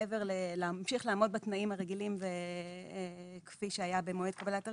מעבר ללהמשיך ולעמוד בתנאים הרגילים כפי שהיה במועד קבלתה רישיון,